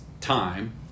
time